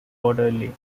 orderly